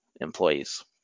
employees